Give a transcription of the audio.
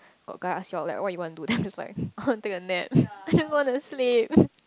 got guy ask you out like what you want do then I'm just like I want take a nap I just want to sleep